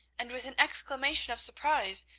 and with an exclamation of surprise,